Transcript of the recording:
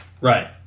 Right